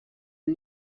een